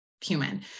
human